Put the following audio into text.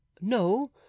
no